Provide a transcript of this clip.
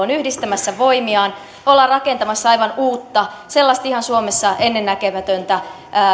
ovat yhdistämässä voimiaan me olemme rakentamassa aivan uutta sellaista suomessa ihan ennennäkemätöntä